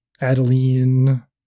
Adeline